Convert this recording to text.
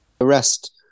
Arrest